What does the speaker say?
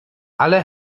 alle